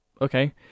Okay